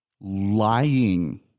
Lying